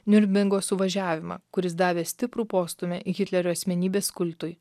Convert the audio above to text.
niurnbingo suvažiavimą kuris davė stiprų postūmį hitlerio asmenybės kultui